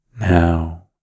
Now